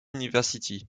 university